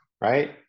right